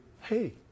Hey